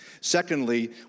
Secondly